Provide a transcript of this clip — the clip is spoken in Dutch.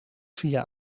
via